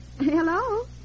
Hello